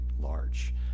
large